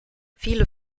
viele